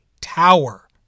tower